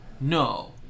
No